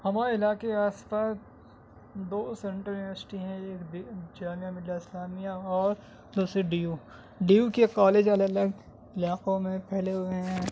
ہمارے علاقے آس پاس دو سینٹرل یونیورسٹی ہیں ایک جامعہ ملیہ اسلامیہ اور دوسرے ڈی یو ڈی یو کے کالج الگ الگ علاقوں میں پھیلے ہوئے ہیں